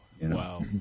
Wow